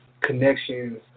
connections